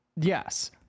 Yes